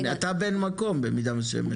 אתה בן מקום בצורה מסוימת.